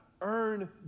earn